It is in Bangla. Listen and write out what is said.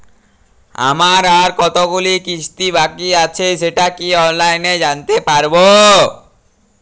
আমার আর কতগুলি কিস্তি বাকী আছে সেটা কি অনলাইনে জানতে পারব?